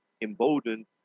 emboldened